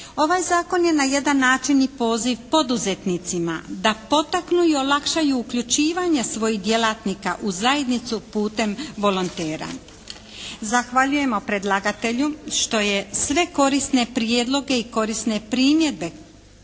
Ovaj zakon je na jedan način i poziv poduzetnicima da potaknu i olakšaju uključivanje svojih djelatnika u zajednicu putem volontera. Zahvaljujemo predlagatelju što je sve korisne prijedloge i korisne primjedbe